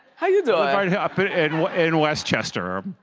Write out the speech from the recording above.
how you doin'? i've been in westchester.